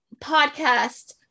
podcast